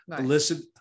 listen